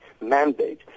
mandate